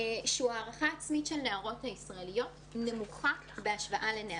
והוא שההערכה העצמית של הנערות הישראליות נמוכה בהשוואה לנערים.